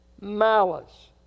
malice